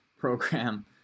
program